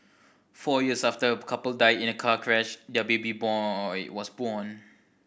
four years after a couple died in a car crash their baby boy was born